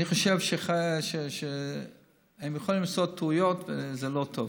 אני חושב שהם יכולים לעשות טעויות, וזה לא טוב.